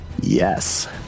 yes